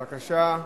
בבקשה,